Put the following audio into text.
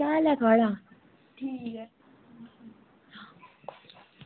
केह् हाल ऐ थुआढ़ा